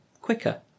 quicker